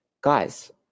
guys